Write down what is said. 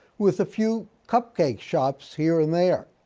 with a few cupcake shops here and there.